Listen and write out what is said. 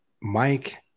Mike